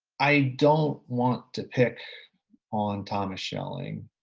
i don't want to pick on thomas schelling,